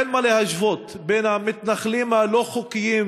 אין מה להשוות בין המתנחלים הלא-חוקיים